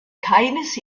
keines